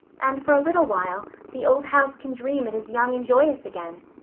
and for a little while the old house can dream it is young and joyous again.